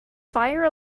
fire